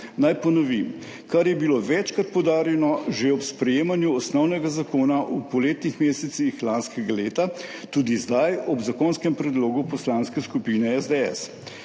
Naj ponovim, kar je bilo večkrat poudarjeno že ob sprejemanju osnovnega zakona v poletnih mesecih lanskega leta, tudi zdaj ob zakonskem predlogu Poslanske skupine SDS.